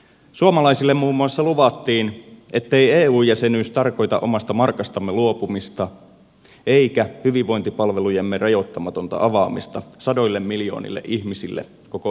suomalaisille muun muassa luvattiin ettei eu jäsenyys tarkoita omasta markastamme luopumista eikä hyvinvointipalvelujemme rajoittamatonta avaamista sadoille miljoonille ihmisille koko euroopan alueella